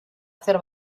hacer